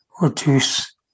reduce